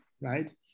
right